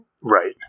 Right